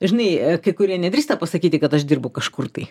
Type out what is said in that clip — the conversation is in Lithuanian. žinai kai kurie nedrįsta pasakyti kad aš dirbu kažkur tai